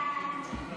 כי